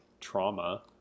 trauma